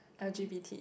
L_G_B_T